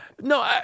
No